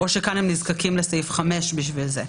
או שכאן הם נזקקים לסעיף 5 בשביל זה?